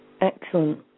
Excellent